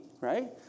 right